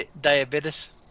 Diabetes